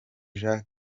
jean